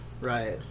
right